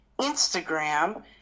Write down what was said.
Instagram